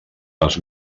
les